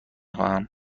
خواهم